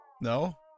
No